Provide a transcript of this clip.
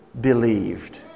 believed